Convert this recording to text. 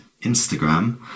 Instagram